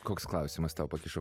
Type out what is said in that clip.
koks klausimas tau pakišo